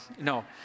No